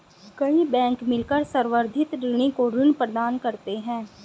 कई बैंक मिलकर संवर्धित ऋणी को ऋण प्रदान करते हैं